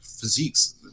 physiques